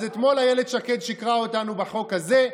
אז אתמול אילת שקד שיקרה לנו בחוק הזה,